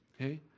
Okay